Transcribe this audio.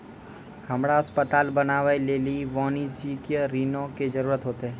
हमरा अस्पताल बनाबै लेली वाणिज्यिक ऋणो के जरूरत होतै